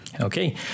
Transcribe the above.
Okay